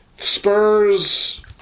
Spurs